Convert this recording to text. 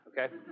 okay